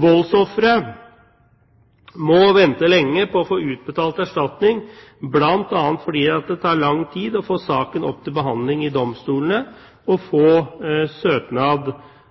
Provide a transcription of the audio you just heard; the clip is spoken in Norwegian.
Voldsofre må vente lenge på å få utbetalt erstatning, bl.a. fordi det tar lang tid å få saken opp til behandling i domstolene og å få søknad